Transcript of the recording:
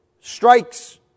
strikes